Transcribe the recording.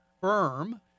firm